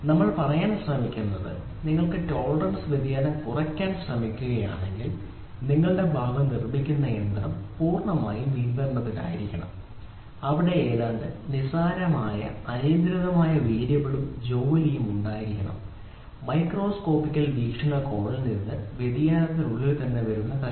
ഞങ്ങൾ പറയാൻ ശ്രമിക്കുന്നത് നിങ്ങൾ ടോളറൻസ് വ്യതിയാനം കുറയ്ക്കാൻ ശ്രമിക്കുകയാണെങ്കിൽ നിങ്ങളുടെ ഭാഗം നിർമ്മിക്കുന്ന യന്ത്രം പൂർണ്ണമായും നിയന്ത്രണത്തിലായിരിക്കണം അവിടെ ഏതാണ്ട് നിസാരമായ അനിയന്ത്രിതമായ വേരിയബിളും ജോലിയും ഉണ്ടായിരിക്കണം മൈക്രോസ്കോപ്പിക്കൽ വീക്ഷണകോണിൽ നിന്ന് വ്യതിയാനത്തിനുള്ളിൽ വരുന്ന കഷണം